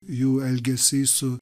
jų elgesys su